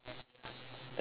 that's not